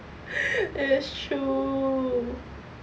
that's true